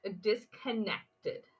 disconnected